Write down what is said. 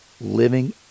Living